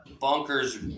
bunkers